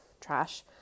trash